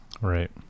right